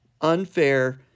unfair